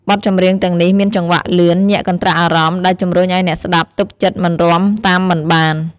បទចម្រៀងទាំងនេះមានចង្វាក់លឿន ញាក់កន្ត្រាក់អារម្មណ៍ ដែលជំរុញឱ្យអ្នកស្តាប់ទប់ចិត្តមិនរាំតាមមិនបាន។